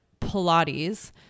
Pilates